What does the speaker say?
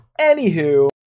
Anywho